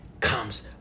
comes